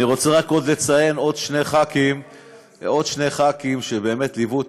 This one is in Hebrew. אני רוצה לציין עוד שני חברי כנסת שבאמת ליוו את